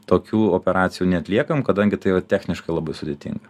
tokių operacijų neatliekam kadangi tai yra techniškai labai sudėtinga